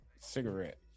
cigarette